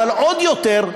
אבל עוד יותר,